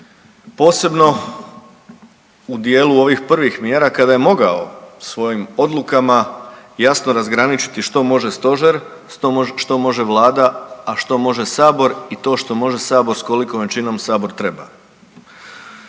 posebno u dijelu ovih prvih mjera kada je mogao svojim odlukama jasno razgraničiti što može Stožer, što može Vlada, a što može Sabor i to što može Sabor s kolikom većinom Sabor treba.